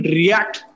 react